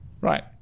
right